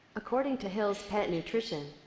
ccording to hill's pet nutrition,